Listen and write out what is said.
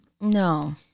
No